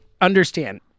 understand